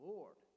Lord